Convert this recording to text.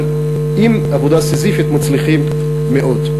אבל בעבודה סיזיפית מצליחים מאוד.